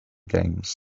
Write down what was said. games